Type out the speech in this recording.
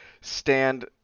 stand